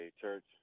church